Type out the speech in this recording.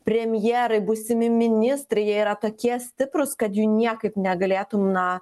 premjerai būsimi ministrai jie yra tokie stiprūs kad jų niekaip negalėtum na